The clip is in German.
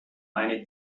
eine